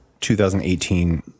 2018